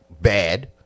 Bad